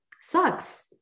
sucks